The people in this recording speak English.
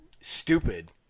stupid